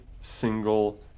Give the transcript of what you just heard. single